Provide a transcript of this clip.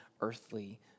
earthly